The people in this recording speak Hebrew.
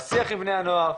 בשיח עם בני הנוער,